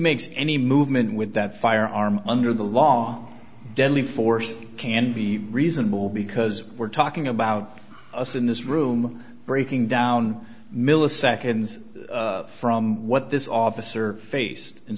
makes any movement with that firearm under the law deadly force can be reasonable because we're talking about us in this room breaking down milliseconds from what this officer faced and